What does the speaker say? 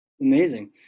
Amazing